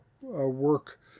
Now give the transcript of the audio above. work